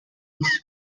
his